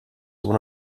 one